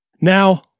Now